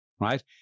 right